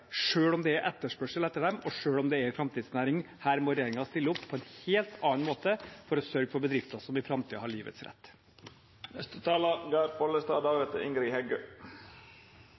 om det er etterspørsel etter dem, og selv om det er en framtidsnæring. Her må regjeringen stille opp på en helt annen måte for å sørge for at bedrifter skal ha livets rett i